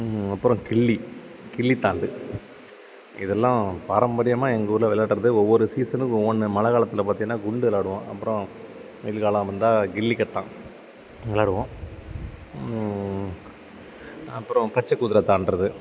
அப்புறம் கில்லி கில்லிதாண்டு இதெல்லாம் பாரம்பரியமாக எங்கூர்ல வெளையாட்றது ஒவ்வொரு சீசனுக்கும் ஒவ்வொரு மழைக்காலத்துல பார்த்திங்கனா குண்டு விளாடுவோம் அப்புறோம் வெயில்காலம் வந்தால் கில்லிக்கட்டம் விளையாடுவோம் அப்புறம் பச்சக்குதிர தாண்டுறது